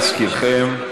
להזכירכם,